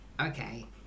Okay